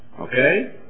Okay